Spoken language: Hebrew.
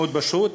פשוט מאוד,